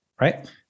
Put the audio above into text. right